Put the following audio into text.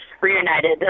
reunited